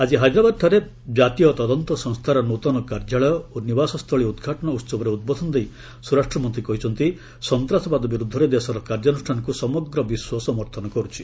ଆଜି ହାଇଦ୍ରାବାଦଠାରେ ଜାତୀୟ ତଦନ୍ତ ସଂସ୍ଥାର ନୂତନ କାର୍ଯ୍ୟାଳୟ ଓ ନିବାସସ୍ଥଳୀର ଉଦ୍ଘାଟନ ଉତ୍ସବରେ ଉଦ୍ବୋଧନ ଦେଇ ସ୍ୱରାଷ୍ଟ୍ରମନ୍ତ୍ରୀ କହିଛନ୍ତି ସନ୍ତାସବାଦ ବିରୁଦ୍ଧରେ ଦେଶର କାର୍ଯ୍ୟାନୁଷ୍ଠାନକୁ ସମଗ୍ର ବିଶ୍ୱ ସମର୍ଥନ କରୁଛି